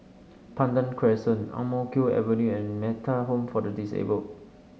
Pandan Crescent Ang Mo Kio Avenue and Metta Home for the Disabled